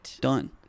Done